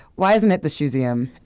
why isn't it the shoeseum?